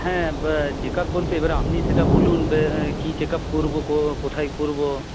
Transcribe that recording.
হ্যাঁ চেকআপ বলতে এবার আপনি সেটা বলুন কী চেকআপ করব কো কোথায় করব